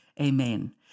Amen